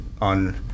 on